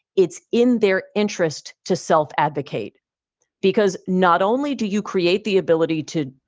it's in their interest to self advocate because not only do you create the ability to,